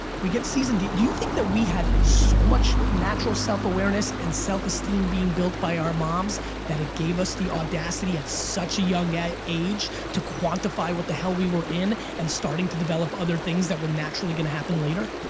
we get c's and d's, do you think that we had so much natural self awareness and self esteem being built by our moms that it gave us the audacity at such a young age to quantify what the hell we were in and starting to develop other things that were naturally gonna happen later?